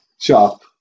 shop